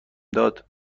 داد